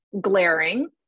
glaring